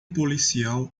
policial